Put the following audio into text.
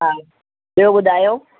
हा ॿियो ॿुधायो